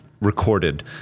recorded